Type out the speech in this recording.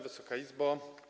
Wysoka Izbo!